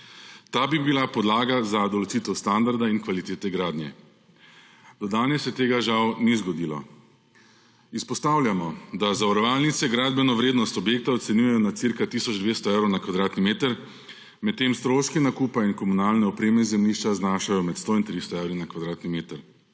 Ta bi bila podlaga za določitev standarda in kvalitete gradnje. Do danes se to žal ni zgodilo. Izpostavljamo, da zavarovalnice gradbeno vrednost objekta ocenjujejo na cirka tisoč 200 evrov na kvadratni meter, medtem stroški nakupa in komunalne opreme zemljišča znašajo med 100 in 300 evri na kvadratni meter.